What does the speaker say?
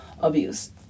abuse